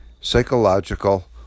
psychological